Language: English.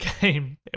game